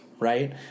Right